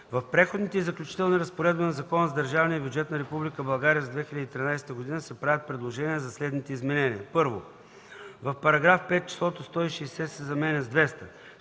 В Преходните и заключителни разпоредби на Закона за държавния бюджет на Република България за 2013 г. се правят предложения за следните изменения: 1. В § 5 числото „160” се заменя с „200”.